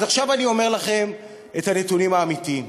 אז עכשיו אני אומר לכם את הנתונים האמיתיים: